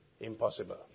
impossible